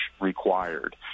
required